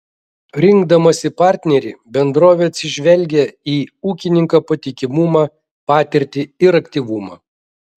rinkdamasi partnerį bendrovė atsižvelgia į ūkininko patikimumą patirtį ir aktyvumą